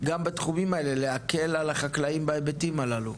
גם בתחומים האלה, להקל על החקלאים בהיבטים הללו?